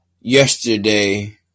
yesterday